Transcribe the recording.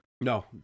No